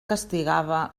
castigava